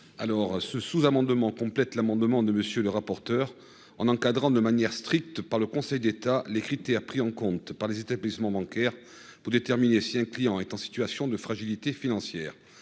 Alors ce sous-amendement complète l'amendement de monsieur le rapporteur, en encadrant de manière stricte par le Conseil d'État. Les critères pris en compte par les établissements bancaires pour déterminer si un client est en situation de fragilité financière